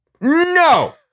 No